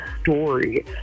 story